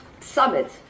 summit